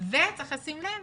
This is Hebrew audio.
וצריך לשים לב